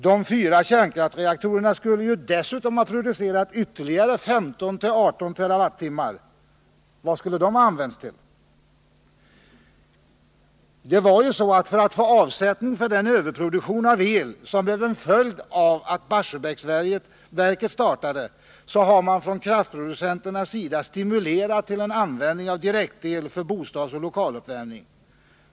De fyra kärnkraftsreaktorerna skulle ju dessutom ha producerat ytterligare 15-18 TWh! Vad skulle de ha använts till? För att få avsättning för den överproduktion av el som blev en följd av att Barsebäcksverket startade, så har man från kraftproducenternas sida stimulerat till användning av direkt-el för bostadsoch lokaluppvärmning.